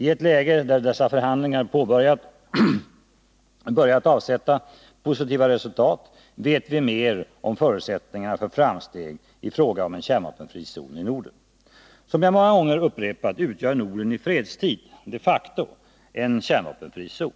I ett läge då dessa förhandlingar börjat avsätta positiva resultat vet vi mer om förutsättningarna för framsteg i fråga om en kärnvapenfri zon i Norden. Som jag många gånger upprepat utgör Norden i fredstid de facto en kärnvapenfri zon.